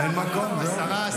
אבל אין מקום, לא נשאר מקום.